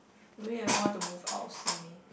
will you ever want to move out of Simei